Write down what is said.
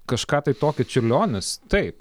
kažką tai tokio čiurlionis taip